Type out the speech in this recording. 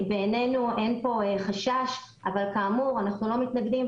בעינינו אין פה חשש אבל כאמור אנחנו לא מתנגדים.